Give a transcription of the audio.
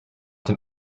den